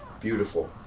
Beautiful